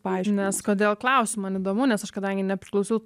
pavyzdžiui nes kodėl klausiu man įdomu nes aš kadangi nepriklausiau